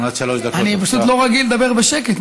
אני פשוט לא רגיל לדבר בשקט,